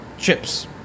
Chips